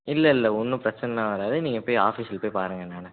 இல்லைல்ல ஒன்றும் பிரச்சனலாம் வராது நீங்கள் போய் ஆஃபீஸில் போய் பாருங்கள் என்னான்னு